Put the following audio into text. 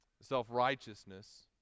Self-righteousness